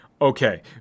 okay